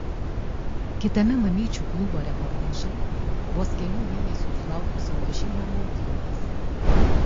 kitame mamyčių klubo reportaže vos kelių mėnesių sulaukusio mažylio maudynės